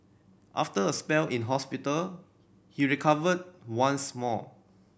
after a spell in hospital he recovered once more